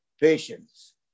patience